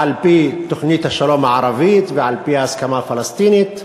על-פי תוכנית השלום הערבית ועל-פי ההסכמה הפלסטינית,